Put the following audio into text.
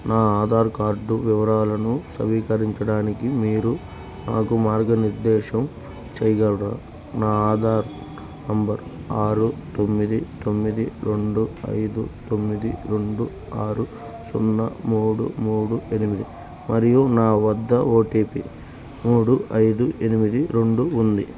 నా ఆధార్ కార్డు వివరాలను సవీకరించడానికి మీరు నాకు మార్గనిర్దేశం చేయగలరా నా ఆధార్ నంబర్ ఆరు తొమ్మిది తొమ్మిది రెండు ఐదు తొమ్మిది రెండు ఆరు సున్నా మూడు మూడు ఎనిమిది మరియు నా వద్ద ఓటీపీ మూడు ఐదు ఎనిమిది రెండు ఉంది